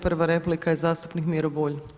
Prva replika je zastupnik Miro Bulj.